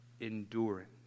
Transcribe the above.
endurance